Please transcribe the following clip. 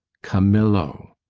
camillo,